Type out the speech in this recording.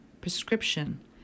prescription